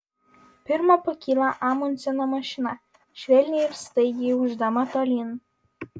pirma pakyla amundseno mašina švelniai ir staigiai ūždama tolyn